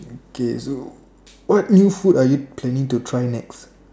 okay so what new food are you planning to try next